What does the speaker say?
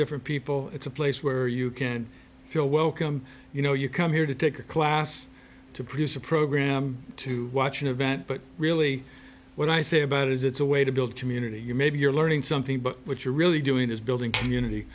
different people it's a place where you can feel welcome you know you come here to take a class to produce a program to watch an event but really what i say about it is it's a way to build community you maybe you're learning something but what you're really doing is building community